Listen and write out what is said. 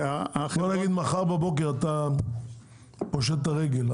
בוא נגיד מחר בבוקר אתה פושט את הרגל,